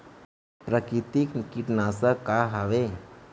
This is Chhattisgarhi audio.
प्राकृतिक कीटनाशक का हवे?